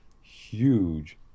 huge